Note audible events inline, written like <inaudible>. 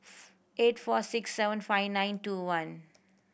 <noise> eight four six seven five nine two one